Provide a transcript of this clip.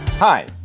Hi